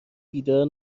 بیدار